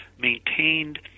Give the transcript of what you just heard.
maintained